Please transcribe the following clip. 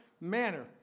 manner